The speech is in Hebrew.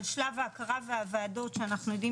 על שלב ההכרה והוועדות שאנחנו יודעים